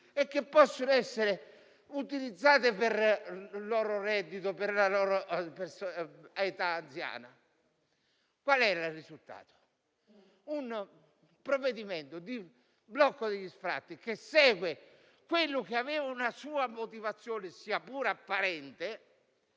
- da poter utilizzare come fonte di reddito in età anziana. Qual è il risultato? Un provvedimento di blocco degli sfratti che segue quello che aveva una sua motivazione, sia pure apparente,